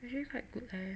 actually quite good eh